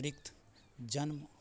जन्म